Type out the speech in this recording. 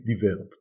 developed